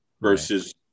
versus